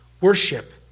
worship